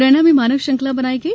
मुरैना में मानव श्रृंखला बनाई गई